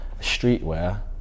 Streetwear